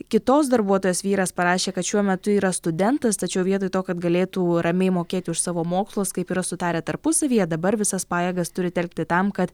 kitos darbuotojos vyras parašė kad šiuo metu yra studentas tačiau vietoj to kad galėtų ramiai mokėti už savo mokslus kaip yra sutarę tarpusavyje dabar visas pajėgas turi telkti tam kad